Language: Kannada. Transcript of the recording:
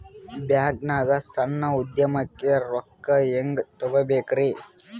ಬ್ಯಾಂಕ್ನಾಗ ಸಣ್ಣ ಉದ್ಯಮಕ್ಕೆ ರೊಕ್ಕ ಹೆಂಗೆ ತಗೋಬೇಕ್ರಿ?